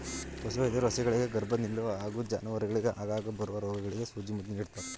ಪಶುವೈದ್ಯರು ಹಸುಗಳಿಗೆ ಗರ್ಭ ನಿಲ್ಲುವ ಹಾಗೂ ಜಾನುವಾರುಗಳಿಗೆ ಆಗಾಗ ಬರುವ ರೋಗಗಳಿಗೆ ಸೂಜಿ ಮದ್ದು ನೀಡ್ತಾರೆ